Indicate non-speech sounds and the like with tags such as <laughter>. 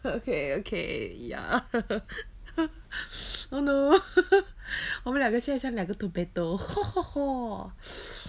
okay okay ya <laughs> oh no 我们两个现在像两个 tomato